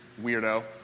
Weirdo